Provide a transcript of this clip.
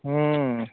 ಹ್ಞೂ